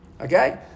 Okay